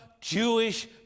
Jewish